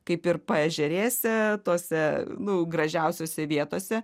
kaip ir paežerėse tose nu gražiausiose vietose